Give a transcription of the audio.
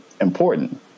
important